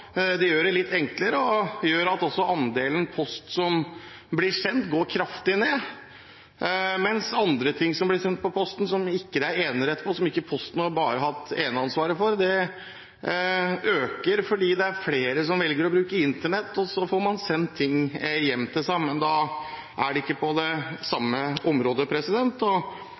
det gjør det litt enklere. Det gjør at mengden av post som blir sendt, går kraftig ned, mens andre ting som blir sendt med posten som det ikke er enerett på, og som Posten ikke har hatt eneansvaret for, øker, fordi det er flere som velger å bruke internett. Så får man sendt ting hjem til seg, men da er det ikke på det samme området. Der er det god konkurranse, og